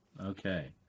Okay